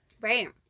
Right